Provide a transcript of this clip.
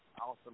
Awesome